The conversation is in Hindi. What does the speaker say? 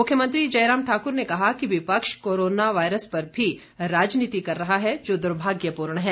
मुख्यमंत्री जयराम ठाकुर ने कहा कि विपक्ष कोरोना वायरस पर भी राजनीति कर रहा है जो दुर्भाग्यपूर्ण है